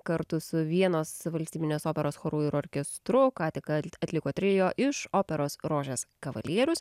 kartu su vienos valstybinės operos choru ir orkestru ką tik at atliko trio iš operos rožės kavalierius